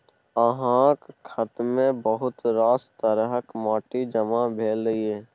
अहाँक खेतमे बहुत रास तरहक माटि जमा भेल यै